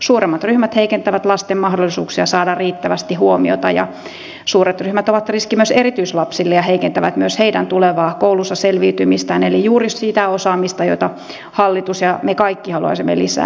suuremmat ryhmät heikentävät lasten mahdollisuuksia saada riittävästi huomiota ja suuret ryhmät ovat riski myös erityislapsille ja heikentävät myös heidän tulevaa koulussa selviytymistään eli juuri sitä osaamista jota hallitus ja me kaikki haluaisimme lisää